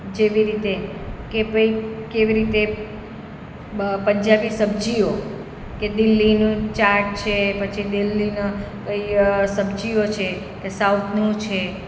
જેવી રીતે કે ભાઈ કેવી રીતે બ પંજાબી સબ્જીઓ કે દિલ્લીનું ચાટ છે પછી દિલ્લીના કંઈ સબ્જીઓ છે કે સાઉથનું છે